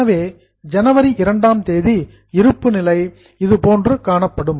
எனவே ஜனவரி 2ஆம் தேதி இருப்பு நிலை லுக்ஸ் லைக் இது போன்று காணப்படும்